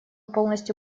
полностью